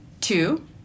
Two